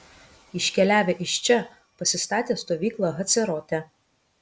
iškeliavę iš čia pasistatė stovyklą hacerote